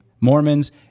Mormons